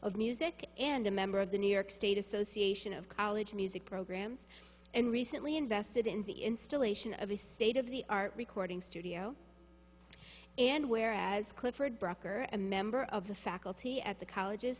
of music and a member of the new york state association of college music programs and recently invested in the installation of a state of the art recording studio and where as clifford broker and member of the faculty at the college